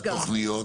התכניות,